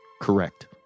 correct